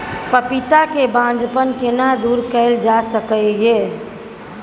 पपीता के बांझपन केना दूर कैल जा सकै ये?